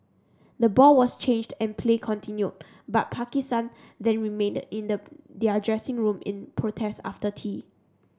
the ball was changed and play continued but Pakistan then remained in their dressing room in protest after tea